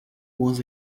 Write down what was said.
was